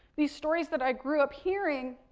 these stories that i grew up hearing,